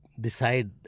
decide